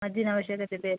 ಮದ್ದಿನ ಅವಶ್ಯಕತೆ